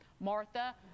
Martha